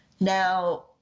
Now